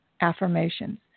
affirmations